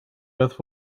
both